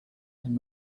and